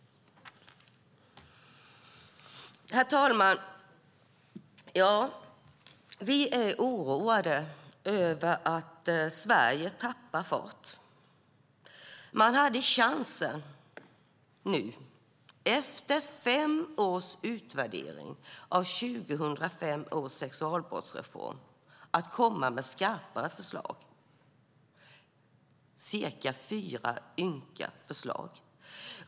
Herr talman! Vi är oroade över att Sverige tappar fart. Efter fem års utvärdering av 2005 års sexualbrottsreform hade man hade chansen att komma med skarpare förslag. Det blev cirka fyra ynka förslag.